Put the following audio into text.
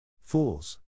Fools